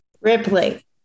Ripley